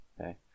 okay